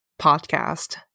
podcast